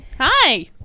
Hi